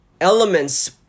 Elements